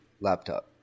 laptop